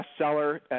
bestseller